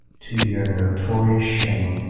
to your notorious shame,